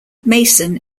mason